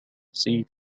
see